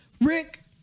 Rick